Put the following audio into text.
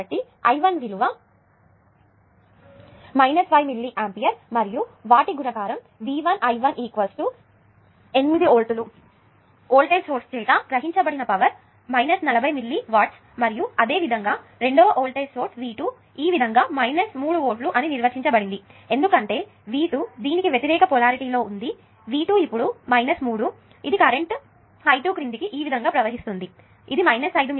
కాబట్టి I1 విలువ 5 milli ampere మరియు వాటి గుణకారం V1 I1 8 volt voltage source చేత గ్రహించబడిన పవర్ నలభై మిల్లీ వాట్స్ మరియు అదేవిధంగా రెండవ వోల్టేజ్ సోర్స్ V 2 ఈ విధంగా మూడు వోల్ట్లు అని నిర్వచించబడింది ఎందుకంటే V2 దీనికి వ్యతిరేక పొలారిటీలో ఉంది V2 ఇప్పుడు 3 ఇది i2 కరెంటు క్రిందికి ఈ విధంగా ప్రవహిస్తుంది ఇది 5 మిల్లీ ఆంపియర్